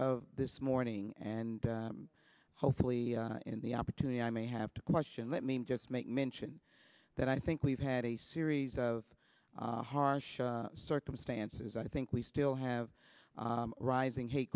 of this morning and hopefully in the opportunity i may have to question let me just make mention that i think we've had a series of harsh circumstances i think we still have rising hate